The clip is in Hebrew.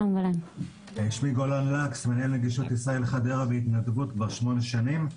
אני מנהל נגישות ישראל חדרה בהתנדבות כבר שמונה שנים.